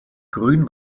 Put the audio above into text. grün